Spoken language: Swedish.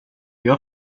jag